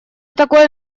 такое